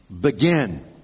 begin